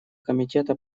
комитета